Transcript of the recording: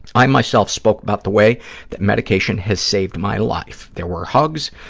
i myself spoke about the way that medication has saved my life. there were hugs,